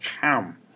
come